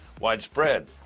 widespread